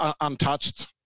untouched